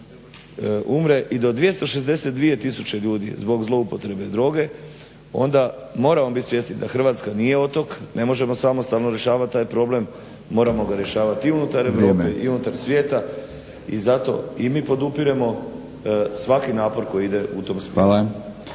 umre i do 262 tisuće ljudi zbog zloupotrebe droge onda moramo biti svjesni da Hrvatska nije od tog, ne možemo samostalno rješavati taj problem, moramo ga rješavati i unutar Europe i unutar svijeta i zato i mi podupiremo svaki napor koji ide u tom smjeru.